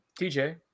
TJ